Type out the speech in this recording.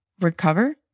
recover